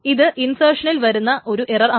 ഇത് ഇൻസേർഷനിൽ വരുന്ന ഒരു എറർ ആണ്